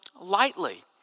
lightly